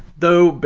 though,